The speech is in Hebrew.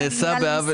אמרתי שזה נעשה בעוול.